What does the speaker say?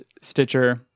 Stitcher